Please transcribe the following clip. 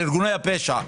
על ארגוני הפשע,